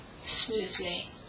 smoothly